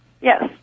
Yes